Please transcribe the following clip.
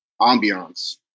ambiance